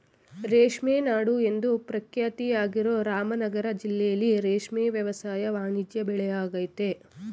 ರೇಷ್ಮೆ ನಾಡು ಎಂದು ಪ್ರಖ್ಯಾತಿಯಾಗಿರೋ ರಾಮನಗರ ಜಿಲ್ಲೆಲಿ ರೇಷ್ಮೆ ವ್ಯವಸಾಯ ವಾಣಿಜ್ಯ ಬೆಳೆಯಾಗಯ್ತೆ